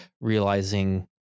realizing